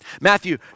Matthew